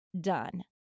done